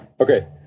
Okay